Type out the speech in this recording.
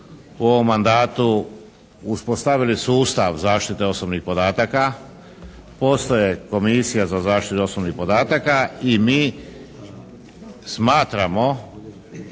u ovom mandatu uspostavili sustav zaštite osobnih podataka. Postoje Komisija za zaštitu osobnih podataka i mi smatramo